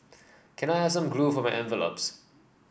can I have some glue for my envelopes